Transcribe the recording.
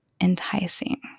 enticing